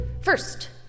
First